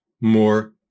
more